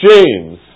James